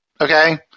okay